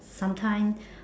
sometimes